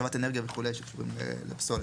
השבת אנרגיה וכו' שקשורים לפסולת.